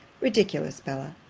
ridiculous bella!